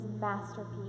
masterpiece